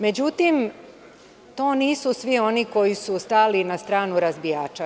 Međutim, to nisu svi oni koji stali na stranu razbijača.